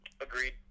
agreed